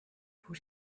put